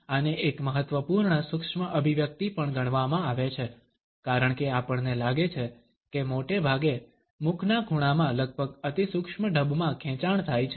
આને એક મહત્વપૂર્ણ સૂક્ષ્મ અભિવ્યક્તિ પણ ગણવામાં આવે છે કારણકે આપણને લાગે છે કે મોટેભાગે મુખના ખૂણામાં લગભગ અતિસૂક્ષ્મ ઢબમાં ખેંચાણ થાય છે